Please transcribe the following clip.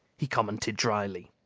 he commented dryly.